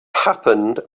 happened